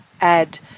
add